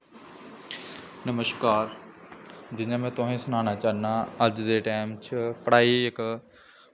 नमस्कार जियां में तुसेंगी सनाना चाह्न्नां अज्ज दे टैम च पढ़ाई इक